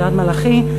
קריית-מלאכי,